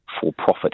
for-profit